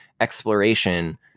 exploration